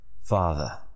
Father